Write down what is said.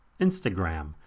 Instagram